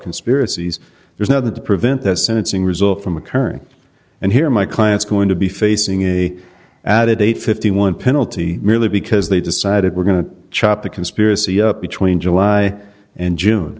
conspiracies there's another to prevent the sentencing result from occurring and here my clients going to be facing a added eight fifty one penalty merely because they decided we're going to chop the conspiracy up between july and june